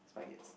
Spy-Kids